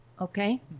okay